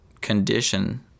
condition